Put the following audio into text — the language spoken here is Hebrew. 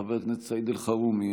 חבר הכנסת סעיד אלחרומי,